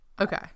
Okay